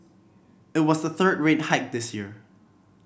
it was the third rate hike this year